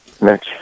Mitch